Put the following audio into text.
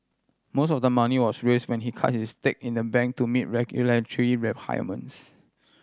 most of the money was raise when he cut his stake in the bank to meet regulatory requirements